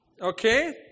Okay